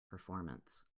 performance